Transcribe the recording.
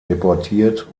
deportiert